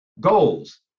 Goals